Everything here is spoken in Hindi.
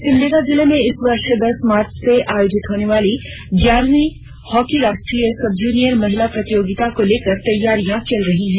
सिमडेगा जिले में इस वर्ष दस मार्च से आयोजित होनेवाली ग्यारहवीं हॉकी राष्ट्रीय सबजुनियर महिला प्रतियोगिता को लेकर तैयारियां चल रही हैं